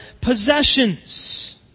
possessions